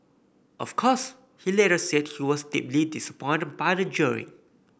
of course he later said he was deeply disappointed by the jeering